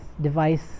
device